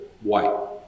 white